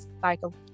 cycle